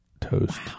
toast